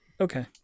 Okay